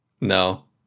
No